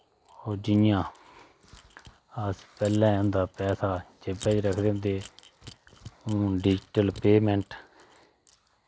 और जि'यां अस पैह्लैं हुंदा पैसा जेबै च रखदे होंदे हून डिज़टल पेमैंट